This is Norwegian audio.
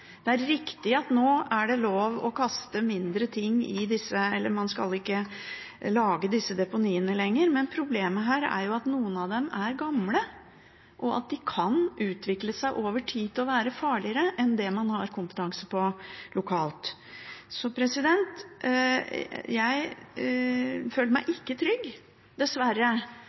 det. Det er riktig at det nå er lov å kaste færre ting, eller at man ikke skal lage disse deponiene lenger, men problemet her er jo at noen av dem er gamle, og at de over tid kan utvikle seg til å være farligere enn det man har kompetanse lokalt til å vurdere. Jeg føler meg dessverre ikke trygg